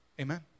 Amen